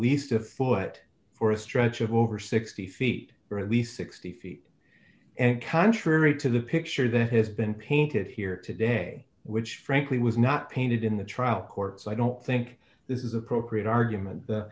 least a foot or a stretch of over sixty feet or at least sixty feet and contrary to the picture that has been painted here today which frankly was not painted in the trial court so i don't think this is appropriate argument